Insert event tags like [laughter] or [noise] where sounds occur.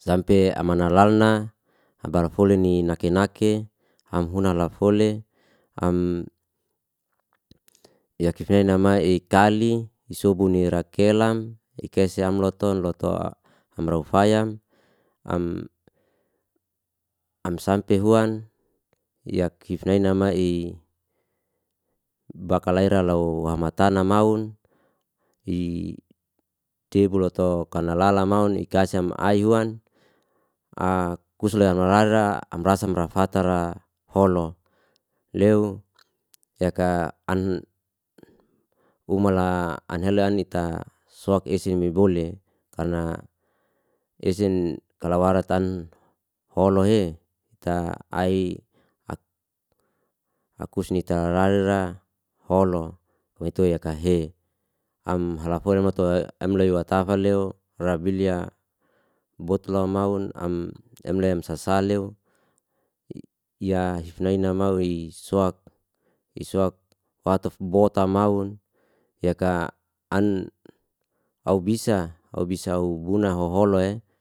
sampe amana lalna abara foli ni nake nake am huna lafole, am [hesitation] yakif nama ikelai isobu ni rakelam ike asam amloton loto amra ufayam, am [hesitation] sampe huan yakif nai nama'i bakalaira lao [hesitation] wamata na maun [hesitation] defu lato kanal lala maun, ikasam ai huan [hesitation] kusle ama rara am rasa am fatara holo. Leu yaka [hesitation] umala am hela ani ta soak ese mi bole karna esen kalawaratan holohe ka ai [hesitation] akusni tarari ra hono maitua yaka he. Am hafole mo tu [hesitation] em lei wa tafeleu rabilya bot lau maun, am emle sasa leu yahifnai na mau'i soak i soak [hesitation] bota maun yaka [hesitation] au bisa, abisa buna hoholo'e.